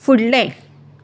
फुडलें